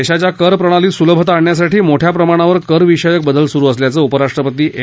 देशाच्या कर प्रणालीत सुलभता आणण्यासाठी मोठया प्रमाणावर करविषयक बदल सुरु असल्याचं उपराष्ट्रपति एम